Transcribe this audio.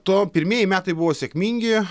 to pirmieji metai buvo sėkmingi